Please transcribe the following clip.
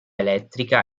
elettrica